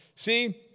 See